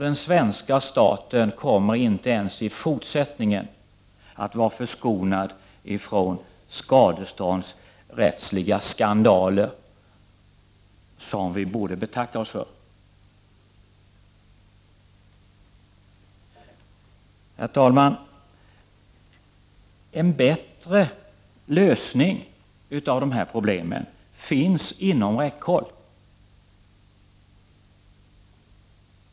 Den svenska staten kommer inte ens i fortsättningen att vara förskonad från skadeståndsrättsliga skandaler, som vi borde betacka oss för. Herr talman! En bättre lösning av de här problemen finns inom räckhåll.